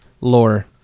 Lore